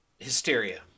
hysteria